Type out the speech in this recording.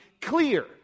clear